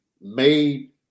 made